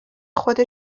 خود